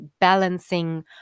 balancing